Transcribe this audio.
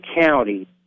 county